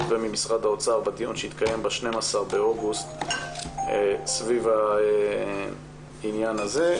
וממשרד האוצר בדיון שהתקיים ב-12.8 סביב העניין הזה.